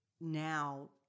now